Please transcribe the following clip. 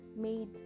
made